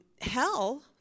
hell